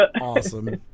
Awesome